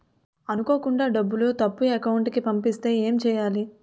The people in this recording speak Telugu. అనుకోకుండా డబ్బులు తప్పు అకౌంట్ కి పంపిస్తే ఏంటి చెయ్యాలి?